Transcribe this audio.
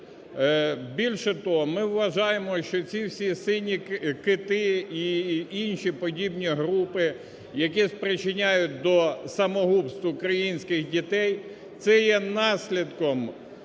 Більше того, ми вважаємо, що ці всі "сині кити" і інші подібні групи, які спричиняють до самогубств українських дітей – це є наслідком